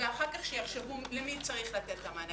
ואחר כך שיחשבו למי צריך לתת את המענה,